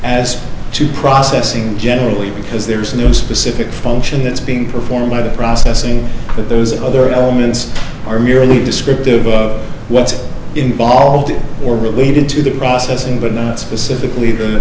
as to processing generally because there is no specific function that's being performed by the processing that those other elements are merely descriptive of what's involved or related to the processing but not specifically the